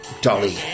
Dolly